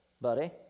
buddy